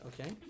Okay